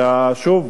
שוב,